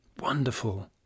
Wonderful